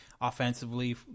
offensively